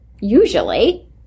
usually